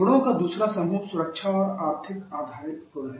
गुणों का दूसरा समूह सुरक्षा और आर्थिक आधारित गुण हैं